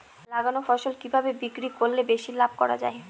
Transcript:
লাগানো ফসল কিভাবে বিক্রি করলে বেশি লাভ করা যায়?